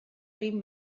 egin